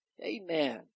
Amen